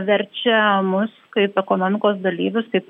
verčia mus kaip ekonomikos dalyvius kaip